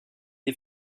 est